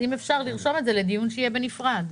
אם אפשר לרשום את זה לדיון שיהיה בנפרד.